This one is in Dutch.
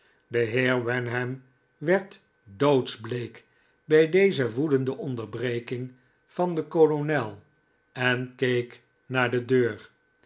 de heer wenham werd doodsbleek bij deze woedende onderbreking van den kolonel en keek naar de deur